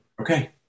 Okay